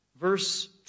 verse